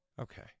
Okay